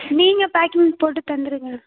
நீங்கள் பேக்கிங் போட்டுத் தந்துடுங்க